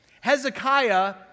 Hezekiah